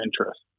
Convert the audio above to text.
interest